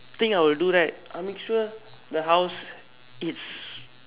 thing I would do right I will make sure the house is